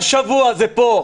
גם יהיה 100. בעוד שבוע זה פה.